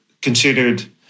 considered